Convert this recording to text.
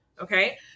okay